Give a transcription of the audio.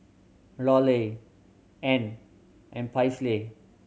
Lorelai Ann and Paisley